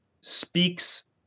speaks